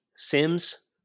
sims